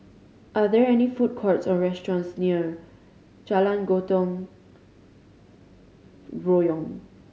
are there any food courts or restaurants near Jalan Gotong Royong